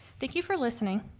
thank you for listening.